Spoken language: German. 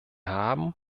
haben